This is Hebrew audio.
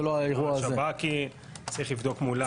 צריך לבדוק מולם.